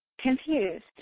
confused